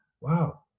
Wow